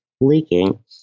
leaking